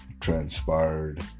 transpired